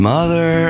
Mother